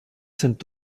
sind